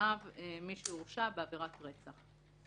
לפניו מי שהורשע בעבירת רצח.